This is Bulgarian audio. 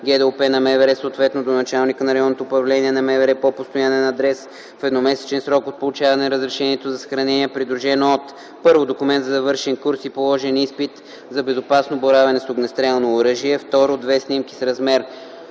ГДОП на МВР, съответно до началника на РУ на МВР по постоянен адрес, в едномесечен срок от получаване на разрешението за съхранение, придружено от: 1. документ за завършен курс и положен изпит за безопасно боравене с огнестрелно оръжие; 2. две снимки с размер